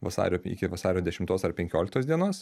vasario iki vasario dešimtos ar penkioliktos dienos